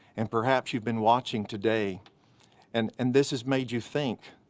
and perhaps you've been watching today and and this has made you think.